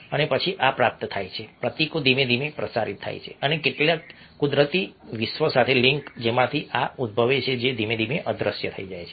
અને પછી આ પ્રાપ્ત થાય છે પ્રતીકો ધીમે ધીમે પ્રસારિત થાય છે અને કુદરતી વિશ્વ સાથેની લિંક જેમાંથી આ ઉદ્ભવે છે ધીમે ધીમે અદૃશ્ય થઈ જાય છે